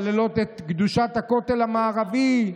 מחללות את קדושת הכותל המערבי?